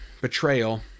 betrayal